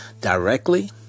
directly